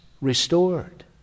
restored